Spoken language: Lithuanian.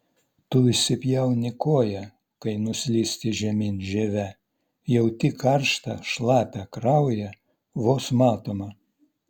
tu įsipjauni koją kai nuslysti žemyn žieve jauti karštą šlapią kraują vos matomą